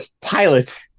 pilot